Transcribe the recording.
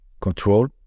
control